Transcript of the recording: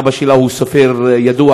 אבא שלה הוא סופר ידוע,